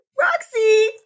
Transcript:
Roxy